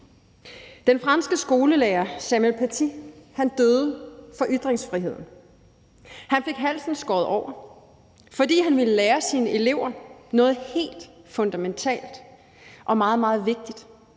Den franske skolelærer Samuel Paty døde for ytringsfriheden. Han fik halsen skåret over, fordi han ville lære sine elever noget helt fundamentalt og meget, meget